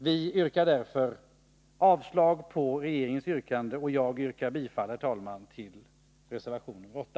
Vi yrkar därför avslag på regeringens yrkande, och jag yrkar bifall till reservation 8.